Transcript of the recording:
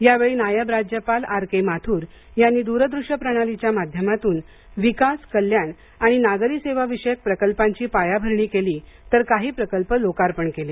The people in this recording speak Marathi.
यावेळी नायब राज्यपाल आर के माथुर यानी दूरदृष्यप्रणालीच्या माध्यमातून विकास कल्याण आणि नागरी सेवाविषयक प्रकल्पांची पायाभरणी केली आणि काही प्रकल्प लोकार्पण केले